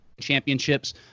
championships